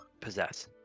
possess